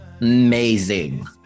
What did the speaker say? amazing